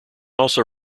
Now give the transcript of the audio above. also